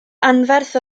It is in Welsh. anferth